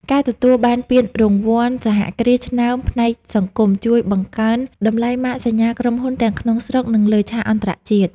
ការទទួលបានពានរង្វាន់សហគ្រាសឆ្នើមផ្នែកសង្គម ជួយបង្កើនតម្លៃម៉ាកសញ្ញាក្រុមហ៊ុនទាំងក្នុងស្រុក និងលើឆាកអន្តរជាតិ។